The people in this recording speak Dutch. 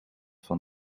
van